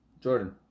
Jordan